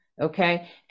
Okay